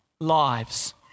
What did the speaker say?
lives